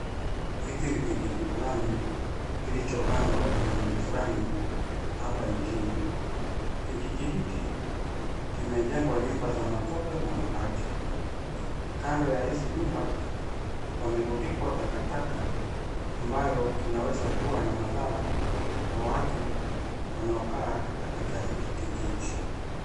Hiki ni kijiji fulani kilicho kando ya mji fulani hapa nchini. Kijiji hiki kimejengwa nyumba za matope na mabati. Kando ya hizi nyumba, pamerundikwa takataka ambayo inaweza kua na madhara kwa watu wanaokaa katika hiki kijiji.